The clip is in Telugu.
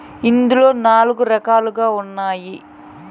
దీంట్లో నాలుగు రకాలుగా ఉన్నాయి